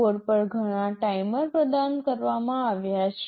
board પર ઘણા timer પ્રદાન કરવામાં આવ્યાં છે